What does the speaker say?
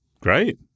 great